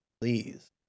please